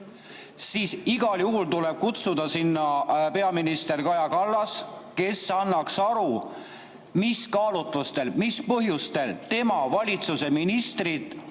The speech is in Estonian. siis igal juhul tuleb kutsuda sinna peaminister Kaja Kallas, kes annaks aru, mis kaalutlustel, mis põhjustel tema valitsuse ministrid